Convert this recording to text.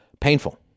painful